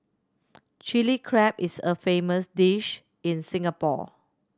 Chilli Crab is a famous dish in Singapore